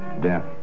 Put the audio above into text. death